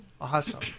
awesome